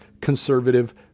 conservative